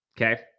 Okay